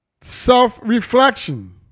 self-reflection